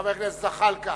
חבר הכנסת זחאלקה.